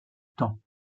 temps